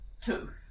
two